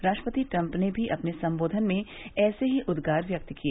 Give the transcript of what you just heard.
राष्ट्रपति ट्रम्प ने भी अपने सम्बोधन में ऐसे ही उदगार व्यक्त किए